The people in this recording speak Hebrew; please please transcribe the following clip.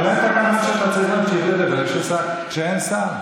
אבל אין תקנון שאתה צריך להמשיך לדבר כשאין שר.